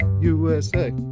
USA